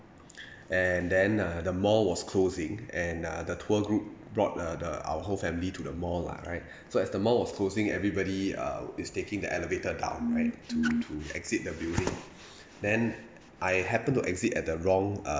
and then uh the mall was closing and uh the tour group brought the the our whole family to the mall lah right so as the mall was closing everybody uh is taking the elevator down right to to exit the building then I happened to exit at the wrong uh